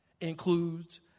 includes